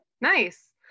nice